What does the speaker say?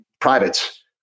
privates